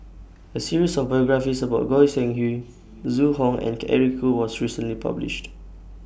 A series of biographies about Goi Seng Hui Zhu Hong and Eric Khoo was recently published